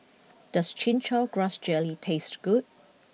does Chin Chow Grass Jelly taste good